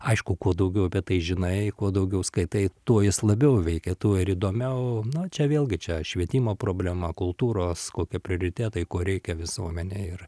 aišku kuo daugiau apie tai žinai kuo daugiau skaitai tuo jis labiau veikia tuo ir įdomiau na čia vėlgi čia švietimo problema kultūros kokie prioritetai ko reikia visuomenei ir